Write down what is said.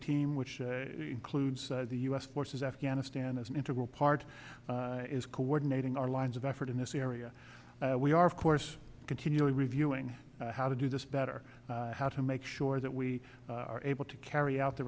team which includes the u s forces afghanistan as an integral part is coordinating our lines of effort in this area we are of course continually reviewing how to do this better how to make sure that we are able to carry out the